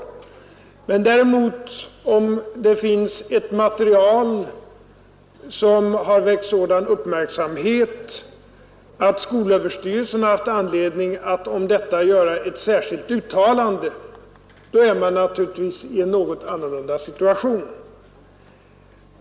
Om det däremot finns ett material som väckt sådan uppmärksamhet att skolöverstyrelsen haft anledning att om detta göra ett särskilt uttalande, då är man naturligtvis i en något annorlunda situation.